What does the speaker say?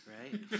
right